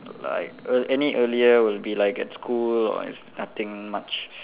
like err any earlier would be like at school or it's nothing much